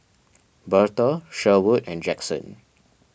Bertha Sherwood and Jaxson